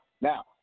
Now